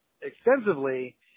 extensively